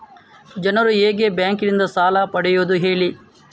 ಜನರು ಹೇಗೆ ಬ್ಯಾಂಕ್ ನಿಂದ ಸಾಲ ಪಡೆಯೋದು ಹೇಳಿ